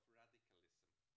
radicalism